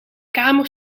kamer